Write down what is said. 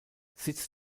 sitz